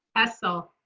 hessle.